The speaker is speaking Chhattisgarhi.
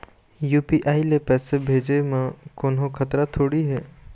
यू.पी.आई ले पैसे भेजे म कोन्हो खतरा थोड़ी हे?